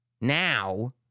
now